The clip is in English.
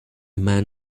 man